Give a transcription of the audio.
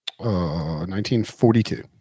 1942